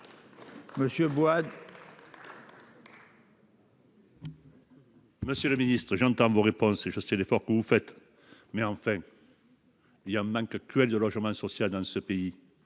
pour la réplique. Monsieur le ministre, j'entends vos réponses et je sais l'effort que vous faites. Mais il y a un manque cruel de logement social dans ce pays